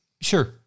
Sure